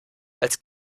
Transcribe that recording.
als